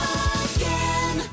again